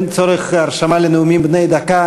אין צורך בהרשמה לנאומים בני דקה.